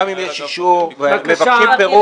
גם אם יש אישור ומבקשים פירוט,